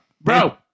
bro